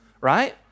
right